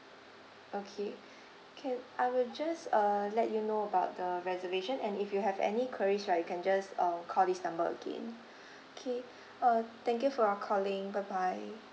okay can I will just uh let you know about the reservation and if you have any queries right you can just um call this number again K uh thank you for uh calling bye bye